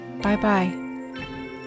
Bye-bye